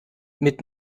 mit